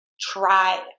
try –